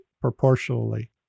proportionally